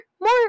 more